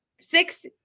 six